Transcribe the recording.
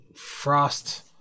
Frost